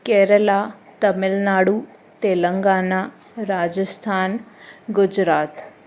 Kerala Tamil Nadu Telangana Rajasthan Gujarat